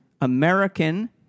American